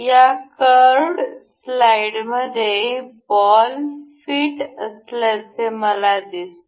या कर्वड स्लाईडमध्ये ball fit असल्याचे मला दिसते